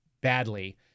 badly